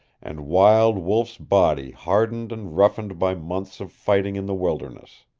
and wild-wolf's body hardened and roughened by months of fighting in the wilderness.